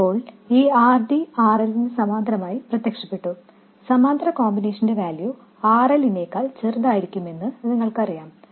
ഇപ്പോൾ ഈ RD എന്നത് RL ന് സമാന്തരമായി പ്രത്യക്ഷപ്പെട്ടു സമാന്തര കോമ്പിനേഷന്റെ വാല്യൂ RLനേക്കാൾ ചെറുതായിരിക്കുമെന്ന് നിങ്ങൾക്കറിയാം